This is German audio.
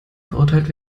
verurteilt